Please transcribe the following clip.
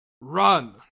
Run